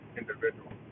individual